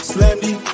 Slendy